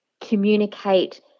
communicate